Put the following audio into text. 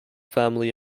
family